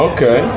Okay